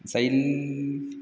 शल्य